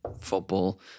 football